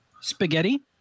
Spaghetti